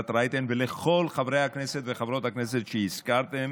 רייטן ולכל חברי הכנסת וחברות הכנסת שהזכרתם